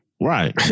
Right